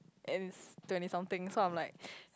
and twenty something so I am like